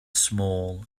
small